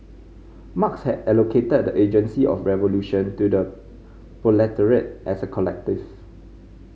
Marx had allocated the agency of revolution to the proletariat as a collective